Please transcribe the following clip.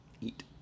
eat